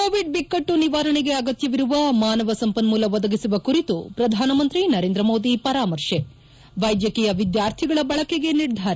Covid ಬಿಕ್ಕಟ್ಟು ನಿವಾರಣೆಗೆ ಅಗತ್ನವಿರುವ ಮಾನವ ಸಂಪನ್ನೂಲ ಒದಗಿಸುವ ಕುರಿತು ಪ್ರಧಾನಮಂತ್ರಿ ನರೇಂದ್ರ ಮೋದಿ ಪರಾಮರ್ಶೆ ವೈದ್ಯಕೀಯ ವಿದ್ಲಾರ್ಥಿಗಳ ಬಳಕೆಗೆ ನಿರ್ಧಾರ